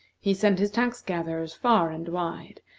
he sent his tax-gatherers far and wide,